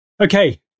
Okay